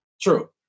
True